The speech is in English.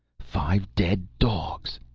five dead dogs!